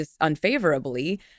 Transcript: unfavorably